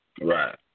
Right